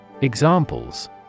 Examples